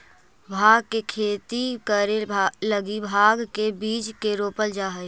भाँग के खेती करे लगी भाँग के बीज के रोपल जा हई